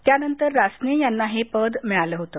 त्यानंतर रासने यांना हे पद मिळालं होतं